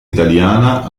italiana